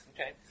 Okay